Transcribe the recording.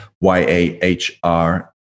Y-A-H-R